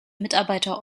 mitarbeiter